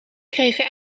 kregen